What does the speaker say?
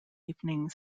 evening